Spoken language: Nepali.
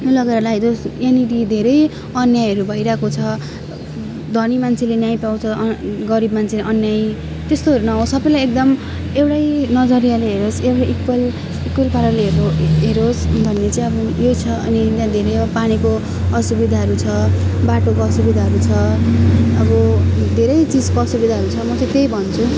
लगेर लगाइदियोस् यहाँनिर धेरै अन्यायहरू भइरहेको छ धनी मान्छेले न्याय पाउँछ गरिब मान्छे अन्याय त्यस्तोहरू नहोस् सबैलाई एकदम एउटै नजरियाले हेरोस् एउटै इक्वल इक्वल पाराले हेरो हेरोस् किनभने चाहिँ अब यो छ अनि यिनमा धेरै अब पानीको असुविधाहरू छ बाटोको असुविधाहरू छ अरू धेरै चिजको असुविधाहरू छ म त त्यही भन्छु